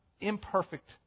imperfect